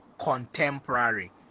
contemporary